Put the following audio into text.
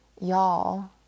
y'all